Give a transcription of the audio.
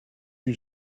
you